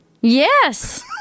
Yes